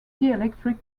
dielectric